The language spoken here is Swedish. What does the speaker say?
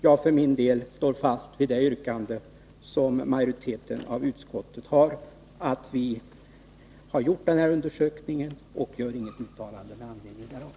Jag för min del står fast vid det yrkande majoriteten i utskottet har. Vi har gjort denna undersökning och gör inget uttalande med anledning därav.